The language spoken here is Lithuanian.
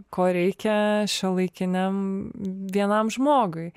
ko reikia šiuolaikiniam vienam žmogui